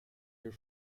your